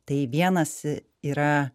tai vienas yra